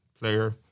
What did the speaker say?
player